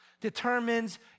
determines